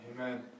Amen